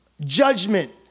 judgment